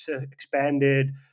expanded